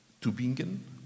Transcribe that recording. Tubingen